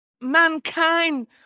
mankind